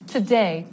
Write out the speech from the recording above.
Today